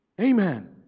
amen